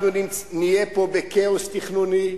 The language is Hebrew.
אנחנו נהיה פה בכאוס תכנוני.